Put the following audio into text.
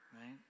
right